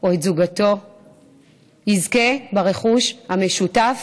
או את זוגתו יזכה ברכוש המשותף.